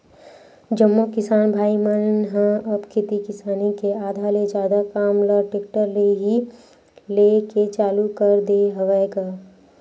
जम्मो किसान भाई मन ह अब खेती किसानी के आधा ले जादा काम ल टेक्टर ले ही लेय के चालू कर दे हवय गा